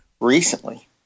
recently